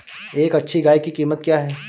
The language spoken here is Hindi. एक अच्छी गाय की कीमत क्या है?